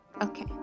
Okay